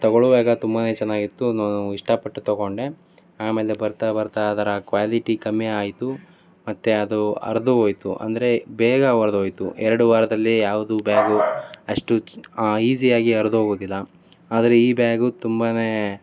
ತೊಗೊಳ್ಳುವಾಗ ತುಂಬಾ ಚೆನ್ನಾಗಿತ್ತು ಅದನ್ನ ನಾನು ಇಷ್ಟಪಟ್ಟು ತೊಗೊಂಡೆ ಆಮೇಲೆ ಬರ್ತಾ ಬರ್ತಾ ಅದರ ಕ್ವಾಲಿಟಿ ಕಮ್ಮಿ ಆಯಿತು ಮತ್ತೆ ಅದು ಹರ್ದು ಹೋಯ್ತು ಅಂದರೆ ಬೇಗ ಹರ್ದ್ ಹೋಯ್ತು ಎರಡು ವಾರದಲ್ಲಿ ಯಾವುದು ಬ್ಯಾಗು ಅಷ್ಟು ಈಸಿಯಾಗಿ ಹರ್ದು ಹೋಗುದಿಲ್ಲ ಆದರೆ ಈ ಬ್ಯಾಗು ತುಂಬಾ